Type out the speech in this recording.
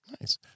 Nice